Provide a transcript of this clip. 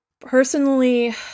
Personally